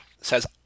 Says